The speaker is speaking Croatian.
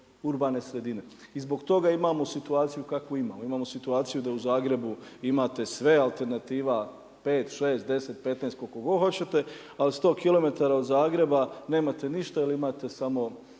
urbane sredine. I zbog toga imamo situaciju kakvu imamo. Imamo situaciju, da u Zagrebu imate sve, alternativa 5, 6, 10, 15 koliko god hoćete, ali 100 km od Zagreba nemate ništa ili imate samo